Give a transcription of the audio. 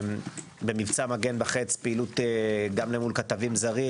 במבצע מגן וחץ בפעילות גם מול כתבים זרים,